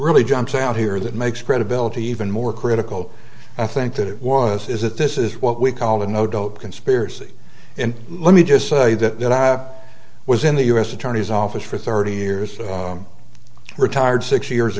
really jumps out here that makes credibility even more critical i think that it was is that this is what we call the no dope conspiracy and let me just say that i was in the u s attorney's office for thirty years and retired six years